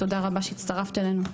תודה רבה שהצטרפת אלינו.